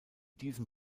diesem